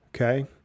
okay